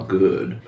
good